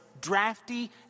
drafty